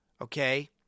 Okay